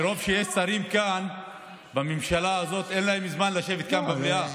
מרוב שיש שרים כאן בממשלה הזאת אין להם זמן לשבת כאן במליאה,